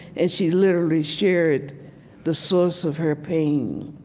and she literally shared the source of her pain.